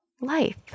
life